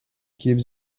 gives